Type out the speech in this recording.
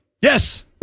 yes